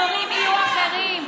המורים יהיו אחרים.